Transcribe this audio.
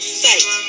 sight